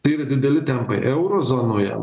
tai yra dideli tempai euro zonoje